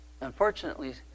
unfortunately